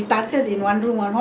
what two room one hall where